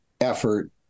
effort